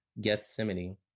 Gethsemane